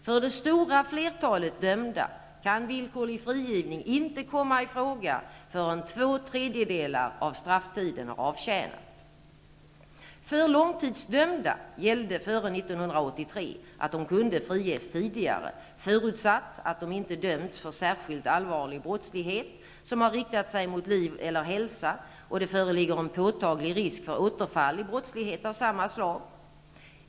För det stora flertalet dömda kan villkorlig frigivning inte komma i fråga förrän två tredjedelar av strafftiden har avtjänats. För långtidsdömda gällde före 1983 att de kunde friges tidigare, förutsatt att de inte dömts för särskilt allvarlig brottslighet som riktat sig mot liv eller hälsa och att det inte förelåg en påtaglig risk för återfall i brottslighet av samma slag.